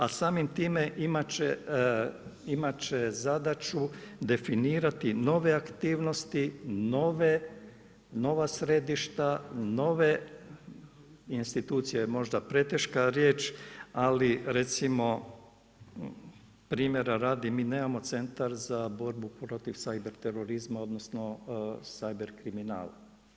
A samim time imati će zadaću definirati nove aktivnosti, nova središta, nove, institucije je možda preteška riječ, ali recimo primjera radi mi nemamo centar za borbu protiv cyber terorizma odnosno cyber kriminala.